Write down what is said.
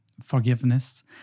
forgiveness